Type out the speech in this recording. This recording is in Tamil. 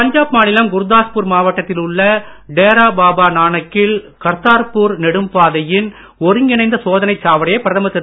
பஞ்சாப் மாநிலம் குர்தாஸ்பூர் மாவட்டத்தில் உள்ள டேரா பாபா நானக்கில் கர்த்தார்பூர் நெடும்பாதையின் ஒருங்கிணைந்த சோதனைச் சாவடியை பிரதமர் திரு